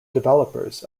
developers